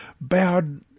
bowed